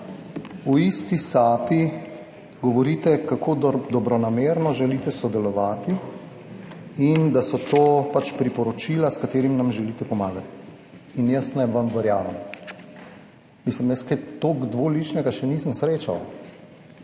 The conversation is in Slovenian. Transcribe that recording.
v isti sapi govorite kako dobronamerno želite sodelovati, in da so to pač priporočila s katerim nam želite pomagati. In jaz naj vam verjamem? Mislim, jaz kaj toliko dvoličnega še nisem srečal,